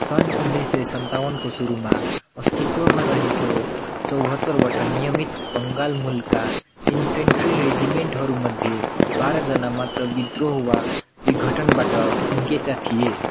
सन् उन्नाइस सय सन्ताउन्नको सुरुमा अस्तित्वमा रहेको चौहत्तरवटा नियमित बङ्गाल मूलका इन्फेन्ट्री रेजिमेन्टहरू मध्ये बाह्रजना मात्र विद्रोह वा विघटनबाट उम्केका थिए